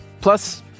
Plus